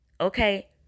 Okay